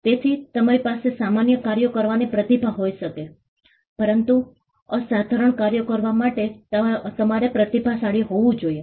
તેથી તમારી પાસે સામાન્ય કાર્યો કરવાની પ્રતિભા હોઇ શકે પરંતુ અસાધારણ કાર્યો કરવા માટે તમારે પ્રતિભાશાળી હોવું જોઈએ